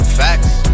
facts